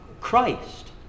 Christ